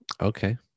Okay